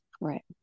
Right